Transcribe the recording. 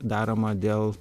daroma dėl